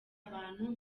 abantu